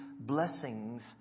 blessings